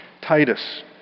Titus